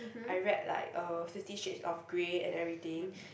I read like uh Fifty Shades of Grey and everything